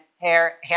hair